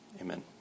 Amen